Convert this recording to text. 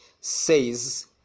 says